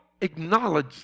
acknowledge